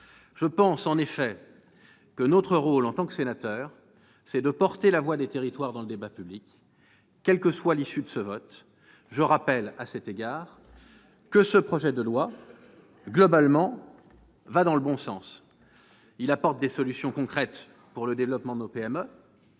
motion. En effet, notre rôle, en tant que sénateurs, est de porter la voix des territoires dans le débat public. Très bien ! Quelle que soit l'issue du vote, je rappelle que ce projet de loi, globalement, va dans le bon sens : il apporte des solutions concrètes pour le développement de nos PME